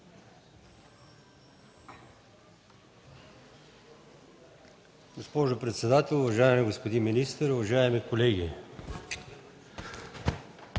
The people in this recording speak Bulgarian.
Госпожо председател, уважаем господин министър, уважаеми колеги!